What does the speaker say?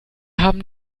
haben